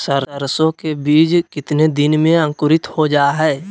सरसो के बीज कितने दिन में अंकुरीत हो जा हाय?